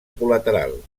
col·lateral